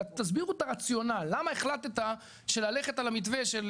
תסבירו לנו את הרציונל למה החלטת שללכת על המתווה של